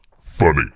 funny